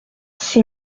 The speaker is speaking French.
six